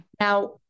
Now